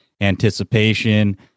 anticipation